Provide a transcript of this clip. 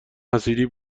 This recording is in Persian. حصیری